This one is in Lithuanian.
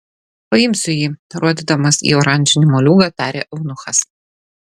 paimsiu jį rodydamas į oranžinį moliūgą tarė eunuchas